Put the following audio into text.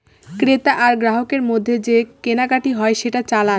ক্রেতা আর গ্রাহকের মধ্যে যে কেনাকাটি হয় সেটা চালান